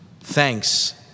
Thanks